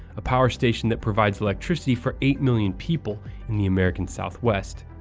a power station that provides electricity for eight million people in the american southwest.